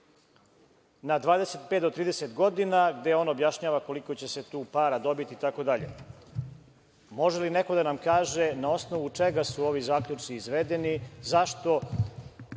na 25 do 30 godina, gde on objašnjava koliko će se tu para dobiti itd. Može li neko da nam kaže na osnovu čega su ovi zaključci izvedeni, zašto